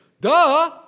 Duh